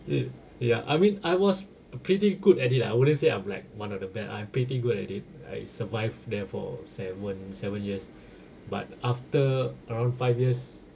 err ya I mean I was pretty good at it ah I wouldn't say I'm like one the be~ at it I'm pretty good at it I survived there for seven seven years but after around five years